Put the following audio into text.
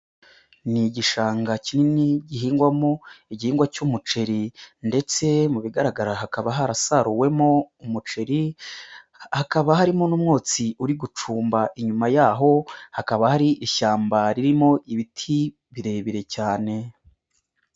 Ni igishanga kinini gihingwamo igihingwa cy'umuceri ndetse mu bigaragara hakaba harasaruwemo umuceri hakaba harimo n'umwotsi uri gucumba inyuma yaho, hakaba hari ishyamba ririmo ibiti birebire cyane.